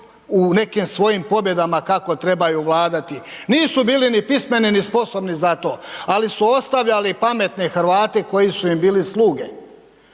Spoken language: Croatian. u nekim svojim pobjedama kako trebaju vladati, nisu bili ni pismeni, ni sposobni za to, ali su ostavljali pametne Hrvate koji su im bili sluge,